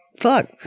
fuck